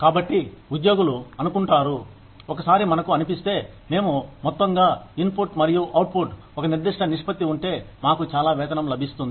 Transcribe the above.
కాబట్టి ఉద్యోగులు అనుకుంటారు ఒకసారి మనకు అనిపిస్తే మేము మొత్తంగా ఇన్పుట్ మరియు అవుట్పుట్ ఒక నిర్దిష్ట నిష్పత్తి ఉంటే మాకు చాలా వేతనం లభిస్తుంది